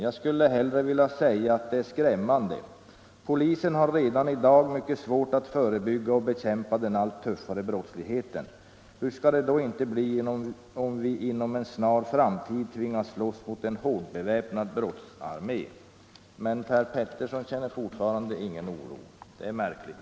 Jag skulle hellre vilja säga att det är skrämmande. Polisen har redan i dag mycket svårt att förebygga och bekämpa den allt tuffare brottsligheten. Hur ska det då inte bli om vi 31 inom en snar framtid tvingas slåss mot en hårdbeväpnad brottsarmé.” Men Per Petersson känner fortfarande ingen oro. Det är märkligt.